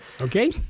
Okay